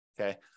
okay